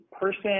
person